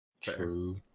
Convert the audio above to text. True